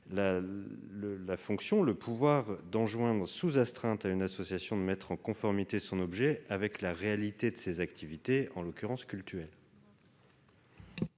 en référé, le pouvoir d'enjoindre sous astreinte à une association de mettre en conformité son objet avec la réalité de ses activités, en l'occurrence cultuelles.